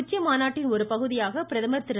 உச்சிமாநாட்டின் ஒரு பகுதியாக பிரதமர் திரு